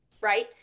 Right